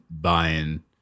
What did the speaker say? buying